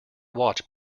watch